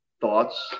Thoughts